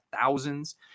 thousands